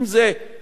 אם זה מתפורר,